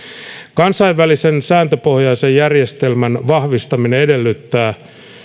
kansainvälisen sääntöpohjaisen järjestelmän vahvistaminen edellyttää